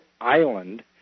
island